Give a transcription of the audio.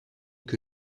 que